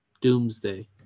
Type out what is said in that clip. Doomsday